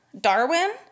Darwin